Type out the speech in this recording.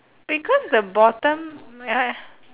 because the bottom uh